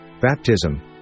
Baptism